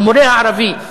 המורה הערבי,